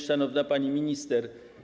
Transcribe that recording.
Szanowna Pani Minister!